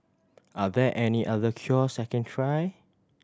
are there any other cures I can try